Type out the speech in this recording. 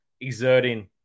exerting